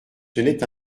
tenait